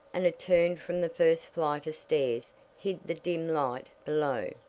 and a turn from the first flight of stairs hid the dim light below.